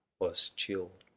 was chill.